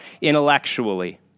intellectually